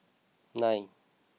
nine